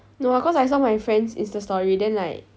no ah cause I saw my friend's insta story then like